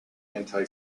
anti